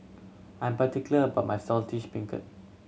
I am particular about my Saltish Beancurd